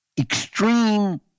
extreme